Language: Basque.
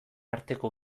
arteko